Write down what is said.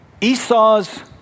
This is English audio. Esau's